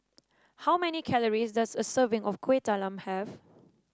how many calories does a serving of Kuih Talam have